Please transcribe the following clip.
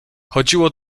chodziło